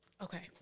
Okay